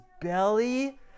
belly